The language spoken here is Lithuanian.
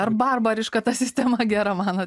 ar barbarišką ta sistema gera mano